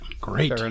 great